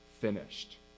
finished